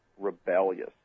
rebellious